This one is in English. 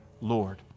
Lord